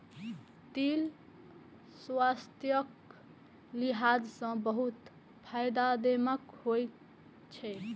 तिल स्वास्थ्यक लिहाज सं बहुत फायदेमंद होइ छै